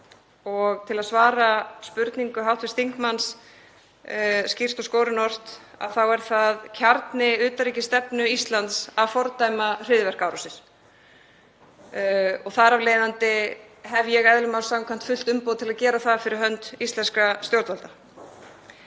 Og til að svara spurningu hv. þingmanns skýrt og skorinort þá er það kjarni utanríkisstefnu Íslands að fordæma hryðjuverkaárásir. Þar af leiðandi hef ég, eðli máls samkvæmt, fullt umboð til að gera það fyrir hönd íslenskra stjórnvalda.